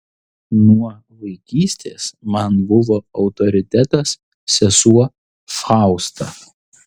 nuo vaikystės man buvo autoritetas sesuo fausta